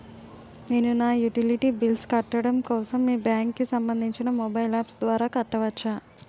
నేను నా utility bills కట్టడం కోసం మీ బ్యాంక్ కి సంబందించిన మొబైల్ అప్స్ ద్వారా కట్టవచ్చా?